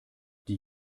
die